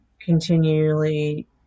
continually